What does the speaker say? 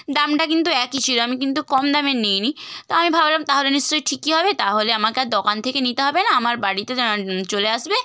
দামটা কিন্তু একই ছিল আমি কিন্তু কম দামের নিইনি তো আমি ভাবলাম তাহলে নিশ্চয়ই ঠিকই হবে তাহলে আমাকে আর দোকান থেকে নিতে হবে না আমার বাড়িতে চলে আসবে